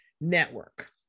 network